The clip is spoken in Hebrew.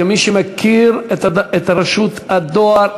כמי שמכיר את רשות הדואר,